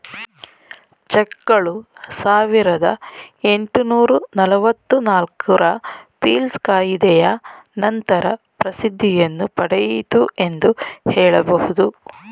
ಚೆಕ್ಗಳು ಸಾವಿರದ ಎಂಟುನೂರು ನಲವತ್ತು ನಾಲ್ಕು ರ ಪೀಲ್ಸ್ ಕಾಯಿದೆಯ ನಂತರ ಪ್ರಸಿದ್ಧಿಯನ್ನು ಪಡೆಯಿತು ಎಂದು ಹೇಳಬಹುದು